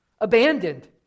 abandoned